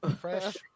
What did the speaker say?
Fresh